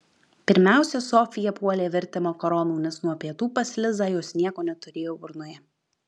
pirmiausia sofija puolė virti makaronų nes nuo pietų pas lizą jos nieko neturėjo burnoje